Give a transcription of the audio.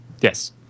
Yes